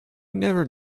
never